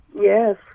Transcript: yes